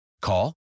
Call